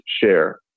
share